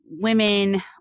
women